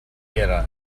era